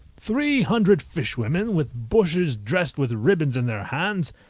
three hundred fishwomen, with bushes dressed with ribbons in their hands,